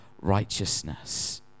righteousness